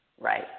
Right